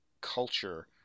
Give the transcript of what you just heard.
culture